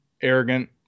arrogant